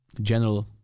general